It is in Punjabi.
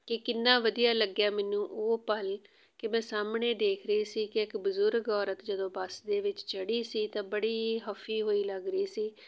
ਕਿ ਕਿੰਨਾਂ ਵਧੀਆ ਲੱਗਿਆ ਮੈਨੂੰ ਉਹ ਪਲ ਕਿ ਮੈਂ ਸਾਹਮਣੇ ਦੇਖ ਰਹੀ ਸੀ ਕਿ ਇੱਕ ਬਜ਼ੁਰਗ ਔਰਤ ਜਦੋਂ ਬੱਸ ਦੇ ਵਿੱਚ ਚੜ੍ਹੀ ਸੀ ਤਾਂ ਬੜੀ ਹਫੀ ਹੋਈ ਲੱਗ ਰਹੀ ਸੀ